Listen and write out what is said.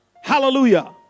Hallelujah